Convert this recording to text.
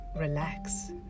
relax